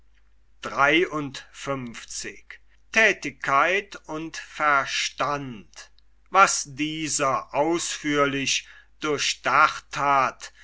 was dieser ausführlich durchdacht hat